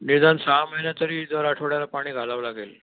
निदान सहा महिने तरी दर आठवड्याला पाणी घालावं लागेल